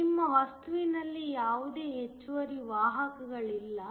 ನಿಮ್ಮ ವಸ್ತುವಿನಲ್ಲಿ ಯಾವುದೇ ಹೆಚ್ಚುವರಿ ವಾಹಕಗಳಿಲ್ಲ